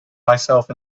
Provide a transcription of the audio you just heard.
myself